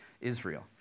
Israel